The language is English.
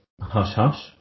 hush-hush